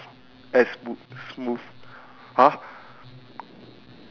concerning on health and fashion and the book store too